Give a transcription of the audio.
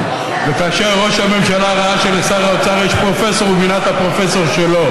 וכאשר ראש הממשלה ראה שלשר האוצר יש פרופסור הוא מינה את הפרופסור שלו.